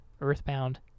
EarthBound